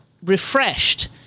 refreshed